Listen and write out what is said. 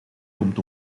komt